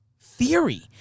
theory